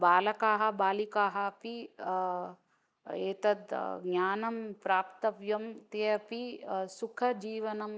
बालकाः बालिकाः अपि एतत् ज्ञानं प्राप्तव्यं ते अपि सुखजीवनम्